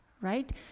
right